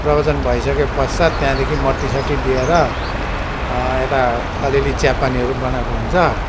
प्रवचन भइसकेपश्चात त्यहाँदेखि मट्टी सट्टी दिएर यता अलिअलि चिया पानीहरू बनाएको हुन्छ